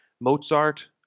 Mozart